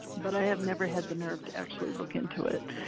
but i have never had the nerve to actually look into it.